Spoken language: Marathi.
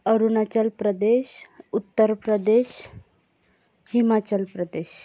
अरुणाचल प्रदेश उत्तर प्रदेश हिमाचल प्रदेश